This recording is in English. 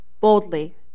boldly